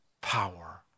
power